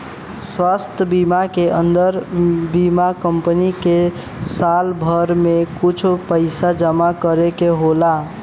स्वास्थ बीमा के अन्दर बीमा कम्पनी के साल भर में कुछ पइसा जमा करे के होला